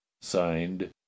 Signed